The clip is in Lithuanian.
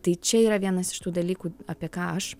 tai čia yra vienas iš tų dalykų apie ką aš